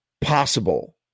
possible